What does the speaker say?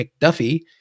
McDuffie